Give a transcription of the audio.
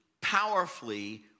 powerfully